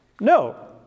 No